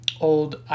old